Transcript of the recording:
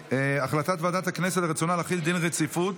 הודעת ועדת הכנסת על רצונה להחיל דין רציפות